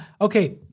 Okay